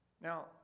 Now